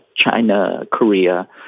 China-Korea